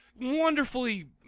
wonderfully